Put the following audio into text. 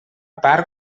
part